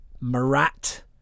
Marat